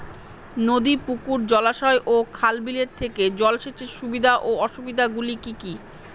নদী পুকুর জলাশয় ও খাল বিলের থেকে জল সেচের সুবিধা ও অসুবিধা গুলি কি কি?